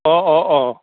অঁ অঁ অঁ